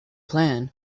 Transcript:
plan